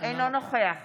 אינו נוכח